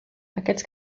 aquests